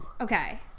Okay